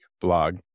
blog